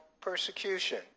persecution